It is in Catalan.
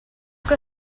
que